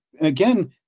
again